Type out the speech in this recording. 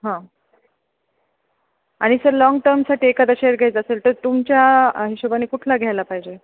हां आणि sir long टर्मसाठी एखादा शेअर घ्यायचा असेल तर तुमच्या हिशोबाने कुठला घ्यायला पाहिजे